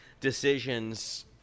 decisions